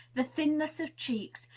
the thinness of cheeks,